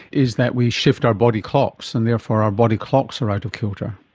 is that we shift our body clocks and therefore our body clocks are out of kilter.